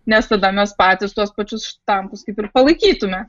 nes tada mes patys tuos pačius štampus kaip ir palaikytume